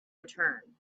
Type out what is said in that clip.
return